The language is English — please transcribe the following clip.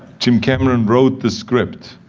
jim cameron wrote the script,